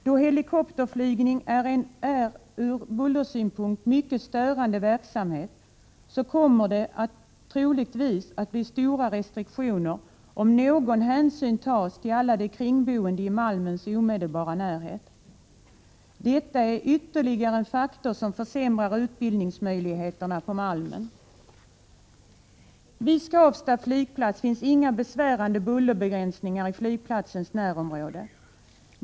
Då helikopterflygning är en ur bullersynpunkt mycket störande verksamhet, kommer det troligtvis att bli stora restriktioner, om någon hänsyn tas till alla de kringboende i Malmens omedelbara närhet. Detta är ytterligare en faktor som försämrar Vid Skavsta finns inga besvärande bullerbegränsningar i flygplatsens närområde.